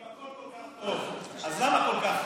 אם הכול כל כך טוב, אז למה כל כך רע?